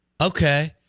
Okay